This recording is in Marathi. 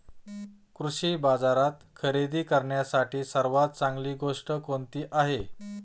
कृषी बाजारात खरेदी करण्यासाठी सर्वात चांगली गोष्ट कोणती आहे?